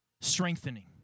Strengthening